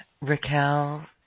Raquel